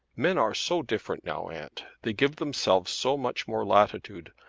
men are so different now, aunt. they give themselves so much more latitude.